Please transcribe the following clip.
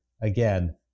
again